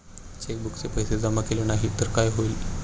चेकबुकचे पैसे जमा केले नाही तर काय होईल?